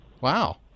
Wow